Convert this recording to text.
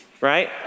right